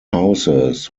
houses